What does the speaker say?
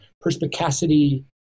perspicacity